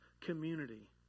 community